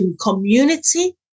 community